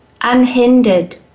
unhindered